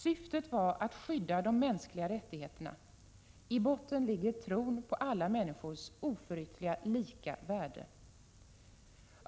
Syftet var att skydda de mänskliga rättigheterna, och i botten ligger tron på alla människors oförytterligt lika värde.